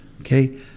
okay